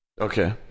Okay